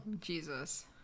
jesus